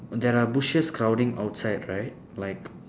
there are bushes crowding outside right like